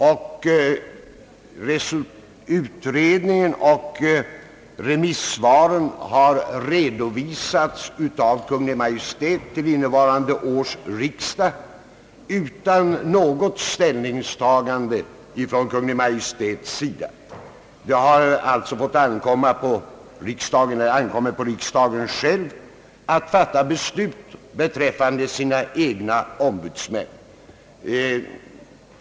Utredningen och remissvaren har redovisats av Kungl. Maj:t till innevarande års riksdag utan något ställningstagande från Kungl. Maj:ts sida. Det ankommer alltså på riksdagen själv att fatta beslut beträffande sina egna ombudsmän.